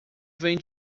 vem